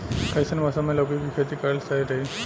कइसन मौसम मे लौकी के खेती करल सही रही?